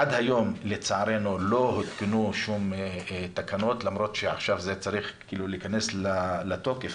עד היום לצערנו לא הותקנו שום תקנות למרות שעכשיו זה צריך להיכנס לתוקף,